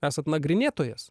esat nagrinėtojas